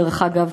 דרך אגב,